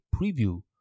preview